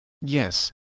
Yes